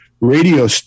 radio